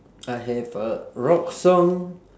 I have a rock song